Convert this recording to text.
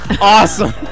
Awesome